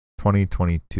2022